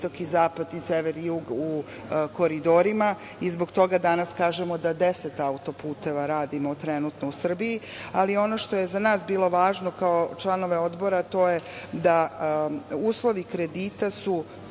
i zapad i sever i jug u koridorima. Zbog toga danas kažemo da 10 autoputeva radimo trenutno u Srbiji. Ono što je za nas bilo važno kao članove Odbora to je da uslovi kredita su